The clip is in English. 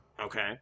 Okay